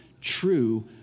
true